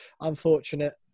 unfortunate